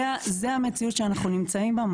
זה המציאות שאנחנו נמצאים בה.